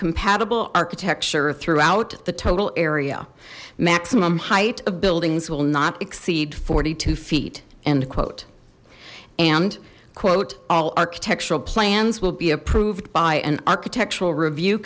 compatible architecture throughout the total area some um height of buildings will not exceed forty two feet end quote and quote all architectural plans will be approved by an architectural review